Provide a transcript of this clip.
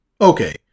Okay